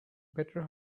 better